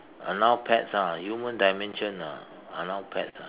are now pets ah human dimension ah are now pets ah